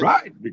Right